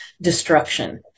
destruction